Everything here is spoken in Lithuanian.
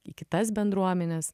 į kitas bendruomenes